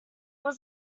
was